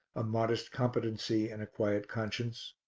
a modest competency and a quiet conscience.